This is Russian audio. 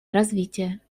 развития